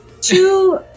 Two